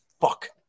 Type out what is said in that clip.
fuck